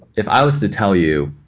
if i was to tell you,